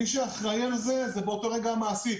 מי שאחראי על זה זה באותו רגע המעסיק.